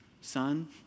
Son